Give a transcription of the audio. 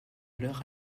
l’heure